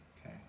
okay